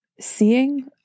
seeing